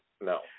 No